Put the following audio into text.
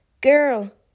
Girl